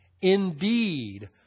Indeed